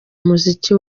muziki